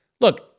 look